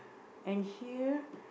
and here